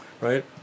right